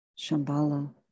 Shambhala